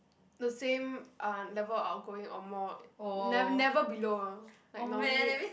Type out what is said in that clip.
the same uh level of outgoing or more never below ah like normally